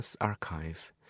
Archive